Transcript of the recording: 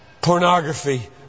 pornography